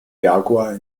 jaguar